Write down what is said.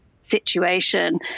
situation